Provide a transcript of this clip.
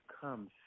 come